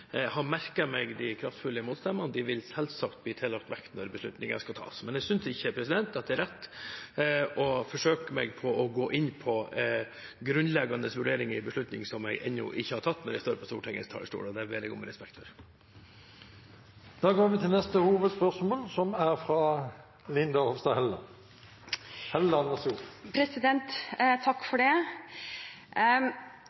har jeg merket meg de kraftfulle motstemmene, og de vil selvsagt bli tillagt vekt når beslutningen skal tas. Men jeg synes ikke at det er rett å forsøke meg på å gå inn på grunnleggende vurderinger i beslutningen som ennå ikke er tatt, når jeg står på Stortingets talerstol, og det ber jeg om respekt for. Vi går videre til neste hovedspørsmål. Mitt spørsmål går til fiskeri- og havministeren, som